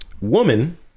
Woman